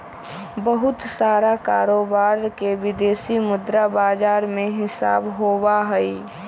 बहुत सारा कारोबार के विदेशी मुद्रा बाजार में हिसाब होबा हई